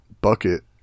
bucket